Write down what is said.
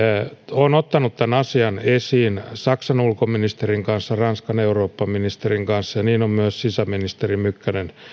olen ottanut tämän asian esiin saksan ulkoministerin kanssa ranskan eurooppaministerin kanssa ja niin on myös sisäministeri mykkänen